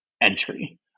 entry